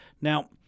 Now